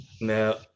No